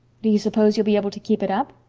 do you suppose you'll be able to keep it up?